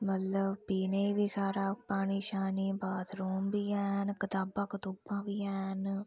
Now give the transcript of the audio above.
मतलब पीने गी बी सारा पानी शानी बाथरूम बी हैन कताबां कतुबां बी हैन